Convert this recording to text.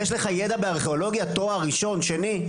יש לך ידע בארכיאולוגיה, תואר ראשון, שני?